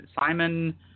Simon